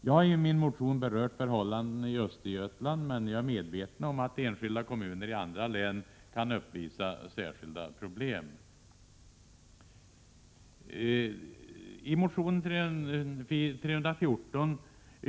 Jag har i min motion berört förhållandena i Östergötland, men jag är medveten om att enskilda kommuner i andra län kan uppvisa särskilda problem.